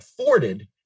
afforded